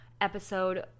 episode